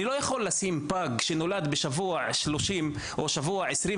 אני לא יכול לשים פג שנולד בשבוע שלושים או שבוע 29